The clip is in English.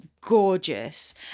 gorgeous